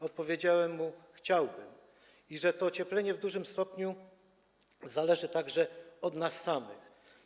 Odpowiedziałem mu, że chciałbym i że to ocieplenie w dużym stopniu zależy także od nas samych.